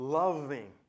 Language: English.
loving